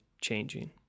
changing